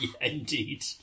indeed